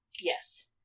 yes